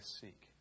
seek